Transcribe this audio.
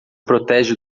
protege